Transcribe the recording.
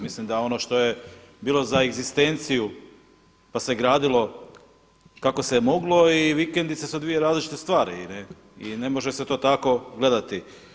Mislim da ono što je bilo za egzistenciju pa se gradilo kako se je moglo i vikendice su dvije različite stvari i ne može se to tako gledati.